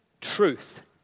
truth